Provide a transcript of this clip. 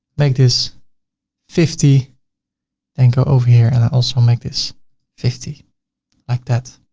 make this fifty and go over here and i also make this fifty like that.